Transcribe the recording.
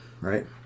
right